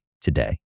today